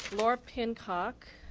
laura pin cock